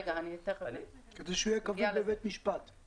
כדי שהוא יהיה קביל בבית משפט.